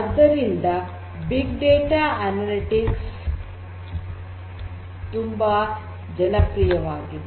ಆದ್ದರಿಂದ big data analytics ತುಂಬಾ ಜನಪ್ರಿಯತೆಯಾಗಿದೆ